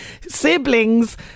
siblings